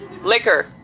Liquor